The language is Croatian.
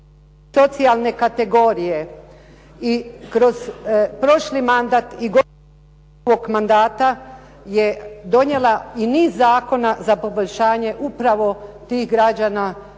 socijalne kategorije i kroz prošli mandat … je donijela i niz zakona za poboljšanje upravo tih građana koji